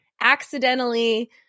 Accidentally